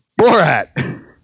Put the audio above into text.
Borat